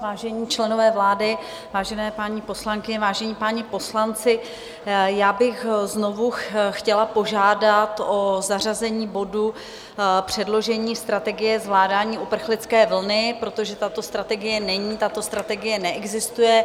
Vážení členové vlády, vážené paní poslankyně, vážení páni poslanci, já bych znovu chtěla požádat o zařazení bodu Předložení strategie zvládání uprchlické vlny, protože tato strategie není, tato strategie neexistuje.